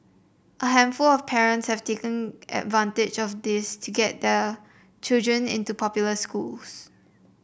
a handful of parents have taken advantage of this to get their children into popular schools